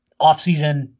offseason